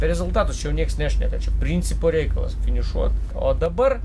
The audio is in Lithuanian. rezultatus čia jau nieks nešneka čia principo reikalas finišuo o dabar